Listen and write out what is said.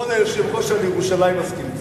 כבוד היושב-ראש על ירושלים מסכים אתך.